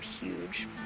huge